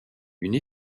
une